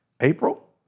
April